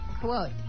quote